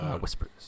Whispers